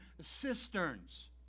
cisterns